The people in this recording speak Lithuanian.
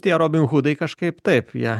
tie robin hudai kažkaip taip jie